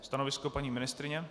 Stanovisko paní ministryně?